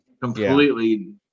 completely